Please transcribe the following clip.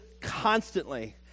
constantly